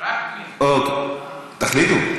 תחליטו.